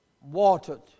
watered